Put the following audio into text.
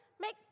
make